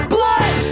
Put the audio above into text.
Blood